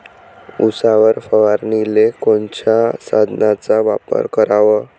उसावर फवारनीले कोनच्या साधनाचा वापर कराव?